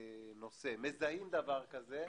מזהים דבר כזה,